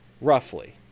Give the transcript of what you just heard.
roughly